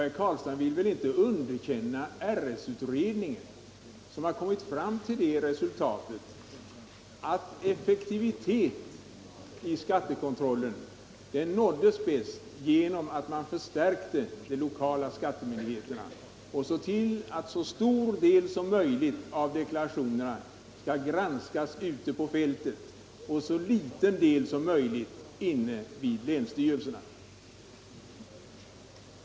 Herr Carlstein vill väl vidare inte underkänna RS-utredningen, som kommit fram till resultatet att effektivitet i skattekontrollen bäst uppnås genom en förstärkning av de lokala skattemyndigheterna samt genom att en så stor del som möjligt av deklarationerna granskas ute på fältet och en så liten del som möjligt hos länsstyrelserna.